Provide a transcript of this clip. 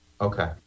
Okay